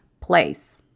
place